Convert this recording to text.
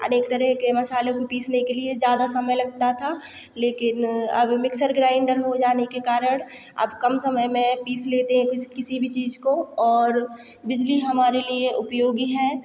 अनेक तरह के मसाले को पीसने के लिए ज़्यादा समय लगता था लेकिन अब मिक्सर ग्राइंडर हो जाने के कारण अब कम समय में पीस लेते हैं पीस किसी भी चीज़ को और बिजली हमारे लिए उपयोगी है